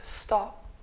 stop